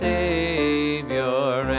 Savior